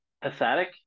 pathetic